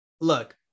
look